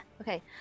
Okay